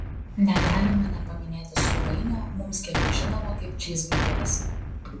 negalima nepaminėti sūrainio mums gerai žinomo kaip čyzburgeris